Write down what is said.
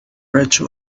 bridge